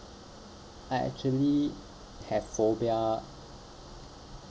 I actually have phobia